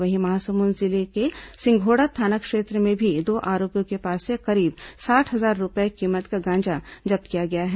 वहीं महासमुंद जिले के सिंघोड़ा थाना क्षेत्र में भी दो आरोपियों के पास से करीब साठ हजार रूपये कीमत का गांजा जब्त किया गया है